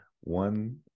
One